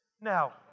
Now